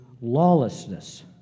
lawlessness